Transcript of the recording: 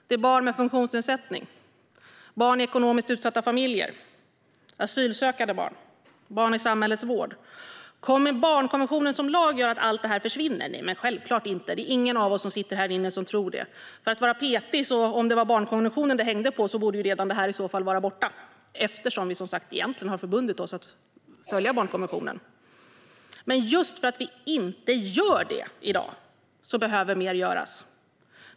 Det gäller barn med funktionsnedsättningar, barn i ekonomiskt utsatta familjer, asylsökande barn och barn i samhällets vård. Kommer barnkonventionen som lag att göra att alla problem försvinner? Nej, självklart inte. Det är ingen av oss här inne som tror det. Om det vore barnkonventionen som det hängde på borde ju problemen redan vara borta, eftersom vi egentligen har förbundit oss att följa barnkonventionen. Men just för att vi inte gör det i dag behöver mer göras.